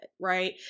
right